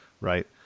right